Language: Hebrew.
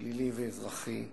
פלילי ואזרחי,